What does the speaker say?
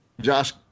Josh